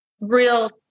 real